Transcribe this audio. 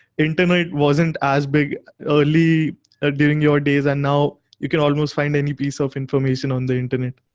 internet wasn't as big early during your days, and now you can almost find any piece of information on the internet.